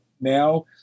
now